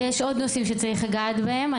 ויש עוד נושאים שצריך לגעת בהם.